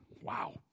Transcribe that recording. Wow